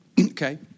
Okay